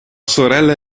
sorella